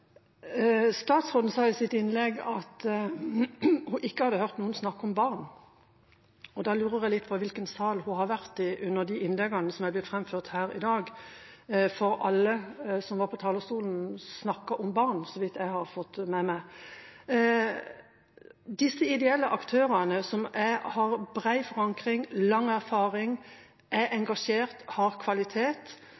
Statsråden sa i sitt innlegg at hun ikke hadde hørt noen snakke om barn. Da lurer jeg litt på hvilken sal hun har vært i under de innleggene som er blitt framført her i dag – for alle som har vært på talerstolen, har snakket om barn, så vidt jeg har fått med meg. De ideelle aktørene har bred forankring og lang erfaring, de er